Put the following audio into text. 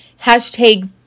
hashtag